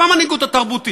גם המנהיגות התרבותית,